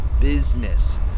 business